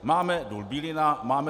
Máme Důl Bílina, Máme